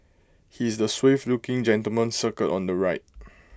he is the suave looking gentleman circled on the right